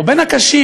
או בין הקשים,